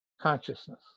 consciousness